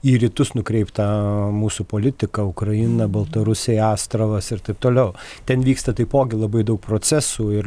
į rytus nukreiptą mūsų politiką ukraina baltarusija astravas ir taip toliau ten vyksta taipogi labai daug procesų ir